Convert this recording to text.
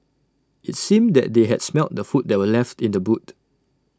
IT seemed that they had smelt the food that were left in the boot